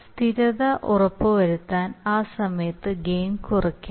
സ്ഥിരത ഉറപ്പുവരുത്താൻ ആ സമയത്ത് ഗെയിൻ കുറയ്ക്കണം